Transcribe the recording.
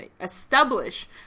establish